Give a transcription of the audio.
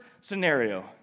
scenario